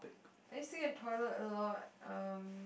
I used to be in toilet a lot um